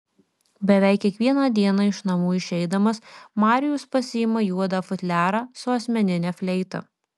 beveik kiekvieną dieną iš namų išeidamas marijus pasiima juodą futliarą su asmenine fleita